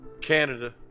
Canada